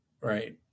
Right